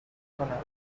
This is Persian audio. کند